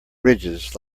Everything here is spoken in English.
ridges